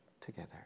together